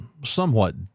somewhat